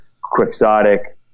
quixotic